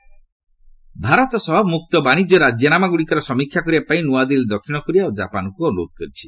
Goyal FTAs Bharat ସହ ମୁକ୍ତ ବାଣିଜ୍ୟ ରାଜିନାମାଗୁଡ଼ିକର ସମୀକ୍ଷା କରିବା ପାଇଁ ନୂଆଦିଲ୍ଲୀ ଦକ୍ଷିଣ କୋରିଆ ଓ କାପାନ୍କୁ ଅନୁରୋଧ କରିଛି